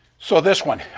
so this one.